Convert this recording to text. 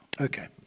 Okay